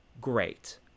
great